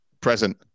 Present